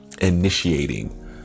initiating